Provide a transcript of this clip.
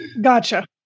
Gotcha